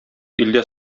илдә